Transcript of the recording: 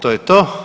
To je to.